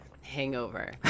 hangover